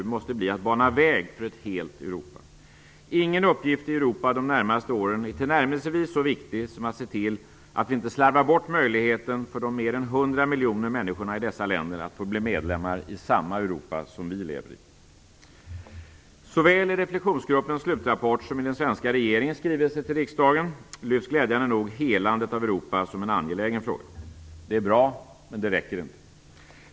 måste bli att bana väg för ett helt Europa. Ingen uppgift i Europa de närmaste åren är till närmelsevis så viktig som att se till att vi inte slarvar bort möjligheten för de mer än 100 miljoner människorna i dessa länder att få bli medlemmar i samma Europa som vi lever i. Såväl i Reflexionsgruppens slutrapport som i den svenska regeringens skrivelse till riksdagen lyfts glädjande nog helandet av Europa som en angelägen fråga. Det är bra, men det räcker inte.